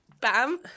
Bam